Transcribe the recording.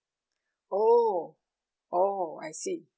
oh oh I see